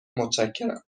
متشکرم